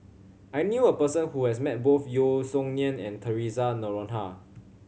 I knew a person who has met both Yeo Song Nian and Theresa Noronha